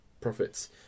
profits